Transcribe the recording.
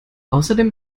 außerdem